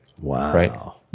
Wow